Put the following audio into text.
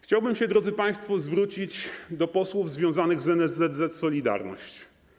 Chciałbym się, drodzy państwo, zwrócić do posłów związanych z NSZZ „Solidarność”